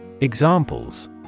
Examples